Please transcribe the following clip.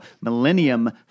Millennium